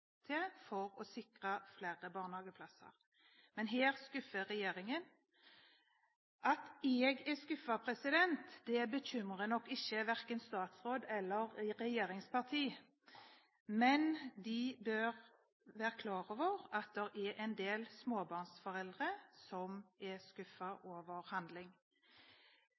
for å sikre flere barnehageplasser, men her skuffer regjeringen. At jeg er skuffet, bekymrer nok verken statsråd eller regjeringspartier, men de bør være klar over at det er en del småbarnsforeldre som er skuffet over